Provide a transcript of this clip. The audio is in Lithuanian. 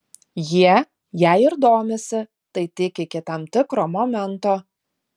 jie jei ir domisi tai tik iki tam tikro momento